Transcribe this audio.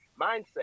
mindset